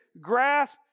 grasp